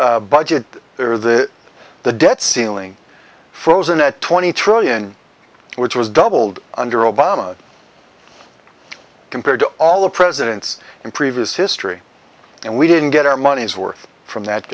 this budget or the the debt ceiling frozen at twenty trillion which was doubled under obama compared to all the presidents in previous history and we didn't get our money's worth from that